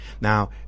Now